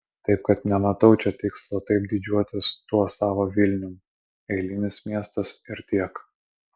taip kad nematau čia tikslo taip didžiuotis tuo savo vilnium eilinis miestas ir tiek